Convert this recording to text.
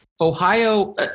Ohio